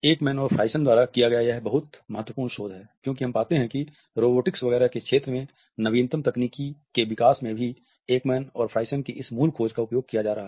Ekman और Friesen द्वारा किया गया यह एक बहुत महत्वपूर्ण शोध है क्योंकि हम पाते हैं कि रोबोटिक्स वगैरह के क्षेत्र में नवीनतम तकनीकी के विकास में भी एकमैन और फ्राइसन की इस मूल खोज का उपयोग किया जा रहा हैं